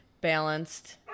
balanced